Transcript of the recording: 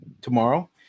tomorrow